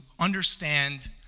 understand